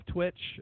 Twitch